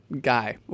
guy